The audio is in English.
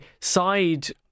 side